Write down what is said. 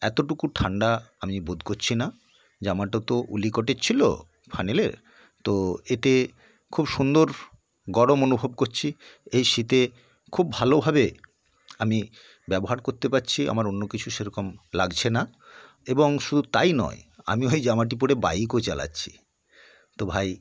এতোটুকু ঠাণ্ডা আমি বোধ করছি না জামাটা তো উলিকটের ছিল ফানেলের তো এতে খুব সুন্দর গরম অনুভব করছি এই শীতে খুব ভালোভাবে আমি ব্যবহার করতে পারছি আমার অন্য কিছু সেরকম লাগছে না এবং শুধু তাই নয় আমি ওই জামাটি পরে বাইকও চালাচ্ছি তো ভাই